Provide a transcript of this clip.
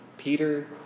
Peter